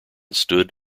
stood